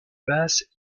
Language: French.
basses